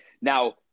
Now